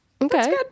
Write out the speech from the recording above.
Okay